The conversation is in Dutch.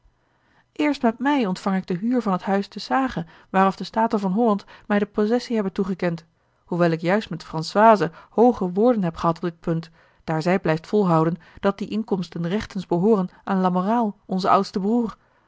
eerst met mei ontvang ik de huur van het huis te s hage waaraf de staten van holland mij de possessie hebben toegekend hoewel ik juist met françoise hooge woorden heb gehad op dit poinct daar zij blijft volhouden dat die inkomsten rechtens behooren aan lamoraal onzen oudsten broeder